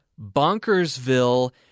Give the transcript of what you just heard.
Bonkersville